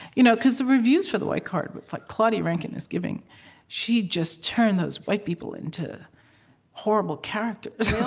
you know because the reviews for the white card, it's like, claudia rankine is giving she just turned those white people into horrible characters.